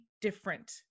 different